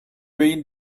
been